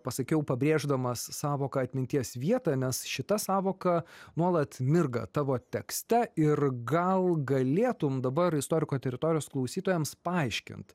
pasakiau pabrėždamas sąvoką atminties vietą nes šita sąvoka nuolat mirga tavo tekste ir gal galėtum dabar istoriko teritorijos klausytojams paaiškint